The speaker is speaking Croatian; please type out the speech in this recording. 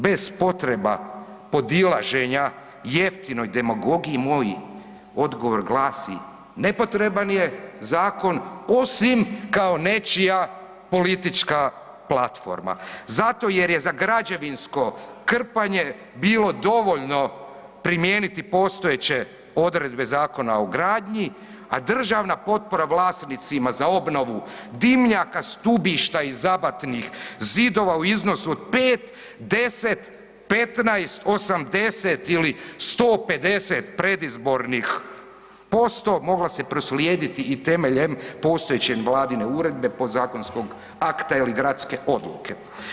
Bez potreba podilaženja jeftinoj demagogiji, moj odgovor glasi nepotreban je zakon osim kao nečija politička platforma zato jer je za građevinsko krpanje bilo dovoljno primijeniti postojeće odredbe Zakona o gradnji, a državna potpora vlasnicima za obnovu dimnjaka, stubišta i zabatnih zidova u iznosu od 5, 10, 15, 80 ili 150 predizbornih posto mogla se proslijediti i temeljem postojeće vladine uredbe, podzakonskog akta ili gradske odluke.